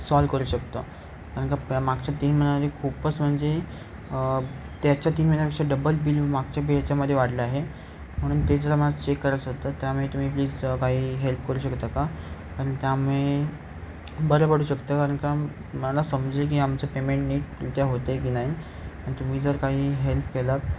solve करू शकतो कारण का मागच्या तीन महिन्याची खूपच म्हणजे त्याच्या तीन महिन्यापेक्षा डबल बिल मागच्या बे याच्यामध्ये वाढलं आहे म्हणून ते जरा मला चेक करायचं होतं त्यामुळे तुम्ही प्लीज काही हेल्प करू शकता का कारण त्यामुळे बरं पडू शकतं कारण का मला समजेल की आमचं पेमेंट नीट रित्या होतं आहे की नाही आणि तुम्ही जर काही हेल्प केलात